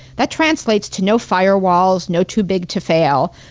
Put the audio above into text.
that translates to no firewalls, no too big to fail.